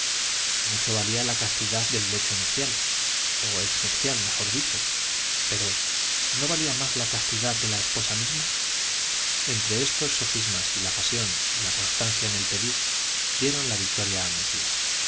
mucho valía la castidad del lecho nupcial o ex nupcial mejor dicho pero no valía más la castidad de la esposa misma entre estos sofismas y la pasión y la constancia en el pedir dieron la victoria a mesía